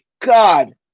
God